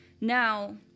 Now